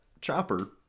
chopper